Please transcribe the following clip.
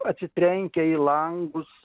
atsitrenkę į langus